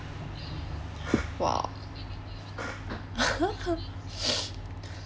!wah!